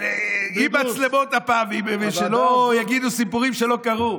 עם מצלמות, הפעם, שלא יגידו סיפורים שלא קרו.